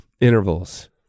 intervals